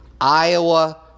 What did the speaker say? Iowa